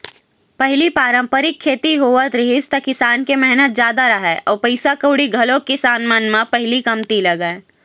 पहिली पारंपरिक खेती होवत रिहिस त किसान के मेहनत जादा राहय अउ पइसा कउड़ी घलोक किसान मन न पहिली कमती लगय